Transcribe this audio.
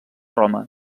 roma